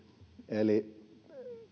eli